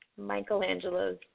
Michelangelo's